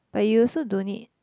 but you also don't need